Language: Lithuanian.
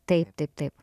taip taip taip